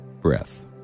breath